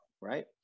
right